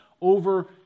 over